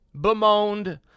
bemoaned